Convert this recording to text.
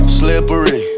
slippery